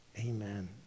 Amen